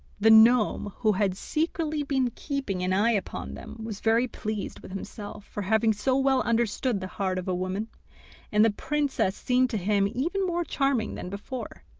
the gnome, who had secretly been keeping an eye upon them, was very pleased with himself for having so well understood the heart of a woman and the princess seemed to him even more charming than before.